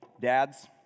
dads